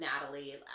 Natalie